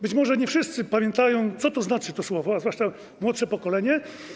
Być może nie wszyscy pamiętają, co to znaczy, a zwłaszcza młodsze pokolenie.